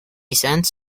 cents